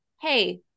hey